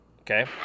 Okay